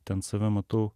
ten save matau